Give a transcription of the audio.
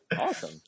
Awesome